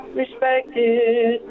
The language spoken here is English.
respected